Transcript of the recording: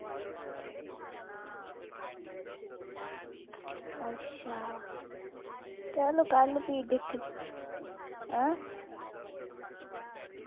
अच्छा चलो कल फ्ही दिक्ख हां